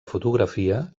fotografia